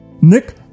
Nick